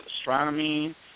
astronomy